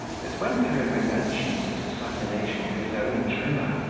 that when peregrine mentioned this assassination to his own trimmer,